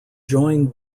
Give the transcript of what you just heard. join